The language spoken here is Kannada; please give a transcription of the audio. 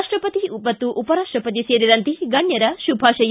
ರಾಷ್ಟಪತಿ ಮತ್ತು ಉಪರಾಷ್ಟಪತಿ ಸೇರಿದಂತೆ ಗಣ್ಕರ ಶುಭಾಶಯ